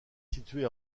situé